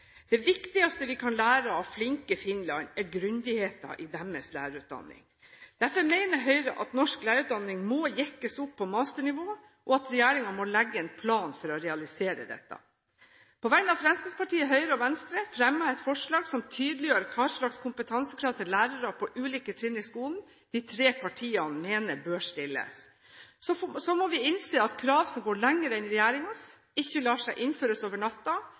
Det viktigste vi kan lære av flinke Finland, er grundigheten i deres lærerutdanning. Derfor mener Høyre at norsk lærerutdanning må jekkes opp på masternivå, og at regjeringen må legge en plan for å realisere dette. På vegne av Fremskrittspartiet, Høyre og Venstre fremmer jeg et forslag som tydeliggjør hvilke kompetansekrav til lærere på ulike trinn i skolen de tre partiene mener bør stilles. Så må vi innse at krav som går lenger enn regjeringens, ikke lar seg innføre over